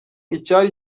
icyari